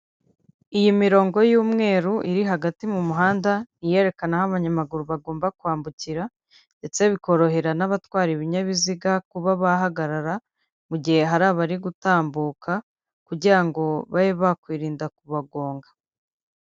Iyi mirongo y'umweru iri hagati mu muhanda, ni iyerekana aho abanyamaguru bagomba kwambukira ndetse bikorohera n'abatwara ibinyabiziga kuba bahagarara mu gihe hari abari gutambuka kugira ngo babe bakwirinda kubagonga.